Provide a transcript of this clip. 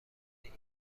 این